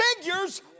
Figures